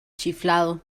chiflado